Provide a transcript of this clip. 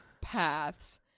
paths